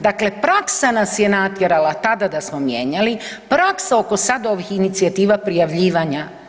Dakle, praksa nas je natjerala tada da smo mijenjali, praksa oko sad ovih inicijativa prijavljivanja.